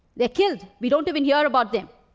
they're killed we don't even hear about them.